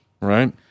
Right